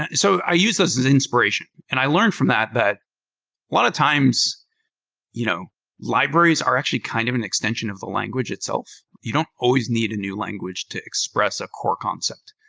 and so i use this as inspiration, and i learned from that that while at times you know libraries are actually kind of an extension of the language itself, you don't always need a new language to express a core concept.